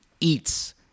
eats